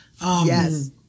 Yes